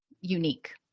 unique